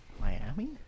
Miami